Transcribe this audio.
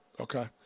Okay